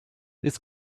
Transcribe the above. this